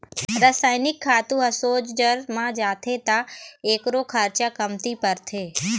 रसइनिक खातू ह सोझ जर म जाथे त एखरो खरचा कमती परथे